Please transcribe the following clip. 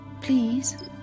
please